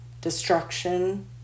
destruction